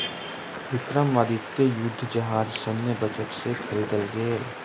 विक्रमादित्य युद्ध जहाज सैन्य बजट से ख़रीदल गेल